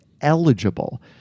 eligible